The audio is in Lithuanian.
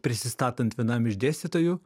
prisistatant vienam iš dėstytojų